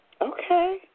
Okay